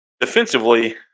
defensively